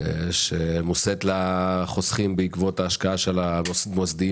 שמושאת לחוסכים בעקבות ההשקעה של המוסדיים